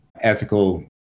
ethical